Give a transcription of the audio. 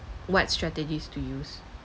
what strategies to use